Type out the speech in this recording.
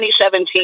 2017